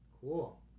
cool